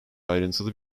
ayrıntılı